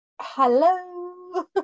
hello